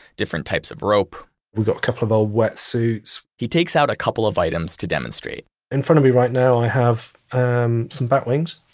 different types of rope we've got a couple of old wetsuits he takes out a couple of items to demonstrate in front of me right now, i have um some bat wings,